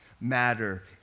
matter